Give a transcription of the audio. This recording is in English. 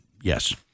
Yes